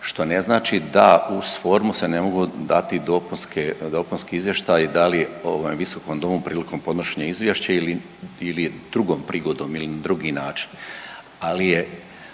što ne znači da uz formu se ne mogu dati dopunski izvještaji da li je u ovom Visokom domu prilikom podnošenja izvješća ili je drugom prigodom ili na drugi način.